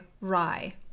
Rye